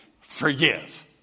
forgive